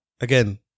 Again